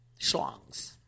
schlongs